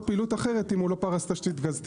פעילות אחרת אם הוא לא פרס תשתית גז טבעי.